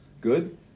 Good